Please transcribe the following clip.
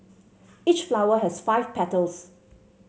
each flower has five petals